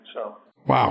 Wow